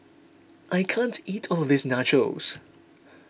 I can't eat all of this Nachos